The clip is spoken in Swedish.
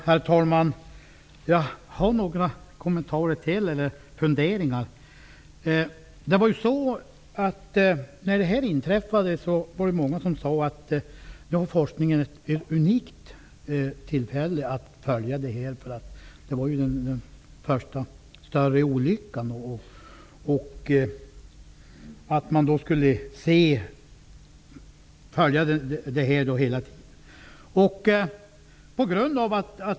Herr talman! Jag har några funderingar. När denna olycka inträffade var det många som sade att forskningen hade ett unikt tillfälle att följa detta. Det var ju den första större kärnkraftsolyckan. Man skulle då kunna följa utvecklingen.